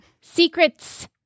Secrets